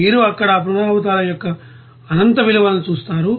మీరు అక్కడ ఆ పునరావృతాల యొక్క అనంత విలువను చూస్తారు